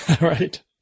Right